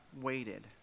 waited